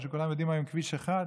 מה שכולם יודעים היום שזה כביש 1,